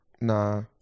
Nah